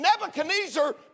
Nebuchadnezzar